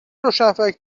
روشنفکر